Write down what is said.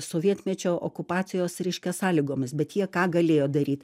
sovietmečio okupacijos reiškia sąlygomis bet jie ką galėjo daryt